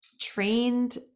trained